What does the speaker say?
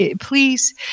please